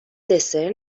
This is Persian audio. دسر